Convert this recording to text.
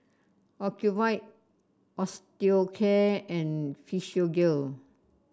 Ocuvite Osteocare and Physiogel